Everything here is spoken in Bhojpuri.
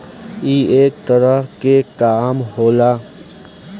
ई एक तरह के काम होला